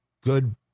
good